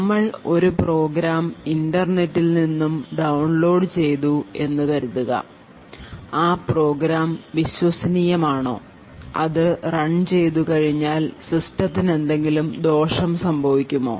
നമ്മൾ ഒരു പ്രോഗ്രാം ഇൻറർനെറ്റിൽ നിന്നും ഡൌൺലോഡ് ചെയ്തു എന്ന് കരുതുക ആ പ്രോഗ്രാം വിശ്വസനീയമാണോ അത് റൺ ചെയ്തു കഴിഞ്ഞാൽ സിസ്റ്റത്തിന് എന്തെങ്കിലും ദോഷം സംഭവിക്കുമോ